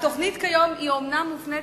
התוכנית כיום אומנם מופנית